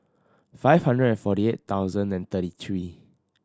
five hundred and forty eight thousand and thirty three